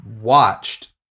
watched